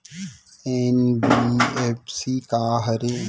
NBFC का हरे?